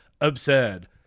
absurd